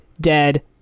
dead